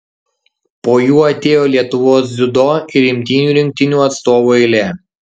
po jų atėjo lietuvos dziudo ir imtynių rinktinių atstovų eilė